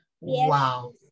Wow